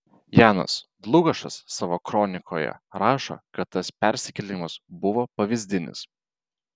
janas dlugošas savo kronikoje rašo kad tas persikėlimas buvo pavyzdinis